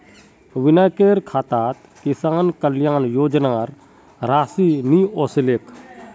विनयकेर खातात किसान कल्याण योजनार राशि नि ओसलेक